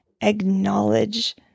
acknowledge